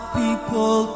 people